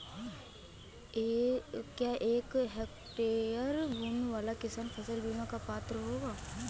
क्या एक हेक्टेयर भूमि वाला किसान फसल बीमा का पात्र होगा?